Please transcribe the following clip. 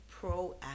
proactive